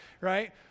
right